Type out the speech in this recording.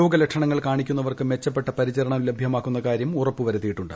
രോഗലക്ഷണങ്ങൾ കാണിക്കുന്നവർക്ക് മെച്ചപ്പെട്ട പരിചരണം ലഭ്യമാക്കുന്ന കാര്യം ഉറപ്പു വരുത്തിയിട്ടുണ്ട്